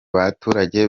baturage